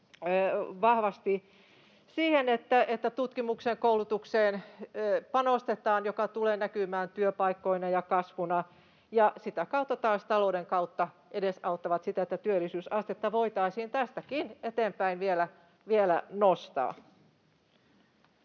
vahvasti myös siihen, että tutkimukseen, koulutukseen panostetaan, joka tulee näkymään työpaikkoina ja kasvuna, ja sitä kautta taas talouden kautta edesauttavat sitä, että työllisyysastetta voitaisiin tästäkin eteenpäin vielä nostaa.